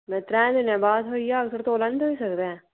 त्रै दिनें बाद थ्होई जाह्ग तोलै नीं थ्होई सकदा ऐ